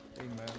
amen